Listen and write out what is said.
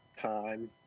time